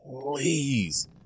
please